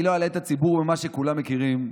אני לא אלאה את הציבור במה שכולם מכירים.